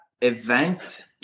event